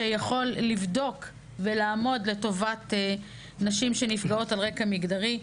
שיכול לבדוק ולעמוד לטובת נשים שנפגעות על רקע מגדרי.